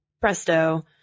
presto